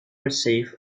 receive